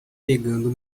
pegando